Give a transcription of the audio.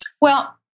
Well-